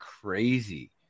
crazy